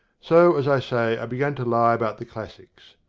so, as i say, i began to lie about the classics.